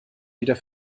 wieder